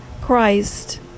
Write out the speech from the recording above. Christ